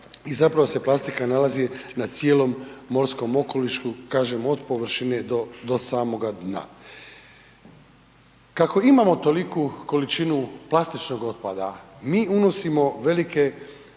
i zapravo se plastika nalazi na cijelom morskom okolišu, kažem od površine do, do samoga dna. Kako imamo toliku količinu plastičnog otpada, mi unosimo velike